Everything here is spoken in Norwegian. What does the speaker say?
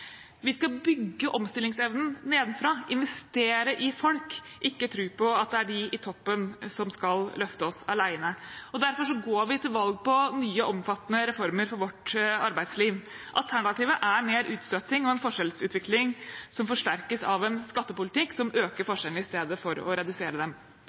Vi skal bygge omstillingsevnen nedenfra, investere i folk og ikke tro på at de i toppen skal løfte oss alene. Derfor går vi til valg på nye, omfattende reformer for vårt arbeidsliv. Alternativet er mer utstøting og en forskjellsutvikling som forsterkes av en skattepolitikk som øker forskjellene i stedet for å redusere dem.